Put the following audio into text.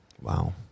Wow